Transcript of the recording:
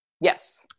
Yes